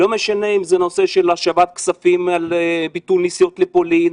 לא משנה אם זה נושא של השבת כספים על ביטול נסיעות לפולין,